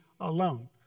alone